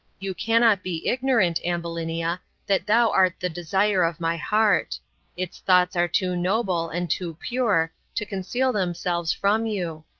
you cannot be ignorant, ambulinia, that thou art the desire of my heart its thoughts are too noble, and too pure, to conceal themselves from you.